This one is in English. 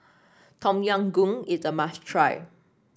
Tom Yam Goong is a must try